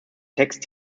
text